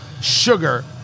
sugar